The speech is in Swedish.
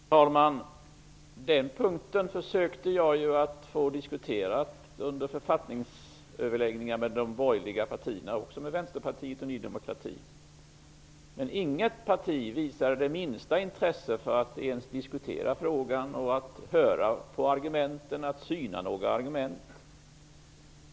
Fru talman! Den punkten försökte jag diskutera under författningsöverläggningar med de borgerliga partierna, Vänsterpartiet och Ny demokrati. Inget parti visade det minsta intresse av att diskutera frågan, lyssna på argumenten eller syna dem.